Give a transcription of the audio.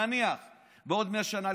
נניח בעוד 100 שנה,